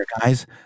guys